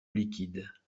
liquide